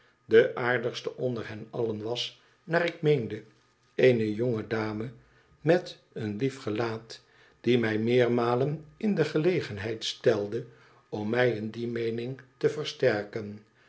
de aardigste onder hen allen was naar ik meende eene jonge dame met een lief gelaat die mij meermalen in de gelegenheid stelde om mij in die meening te versterken